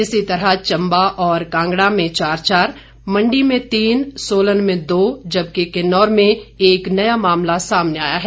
इसी तरह चंबा और कांगड़ा में चार चार मंडी में तीन सोलन में दो जबकि किन्नौर में एक नया मामला सामने आया है